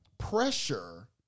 Pressure